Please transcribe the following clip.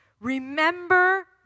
Remember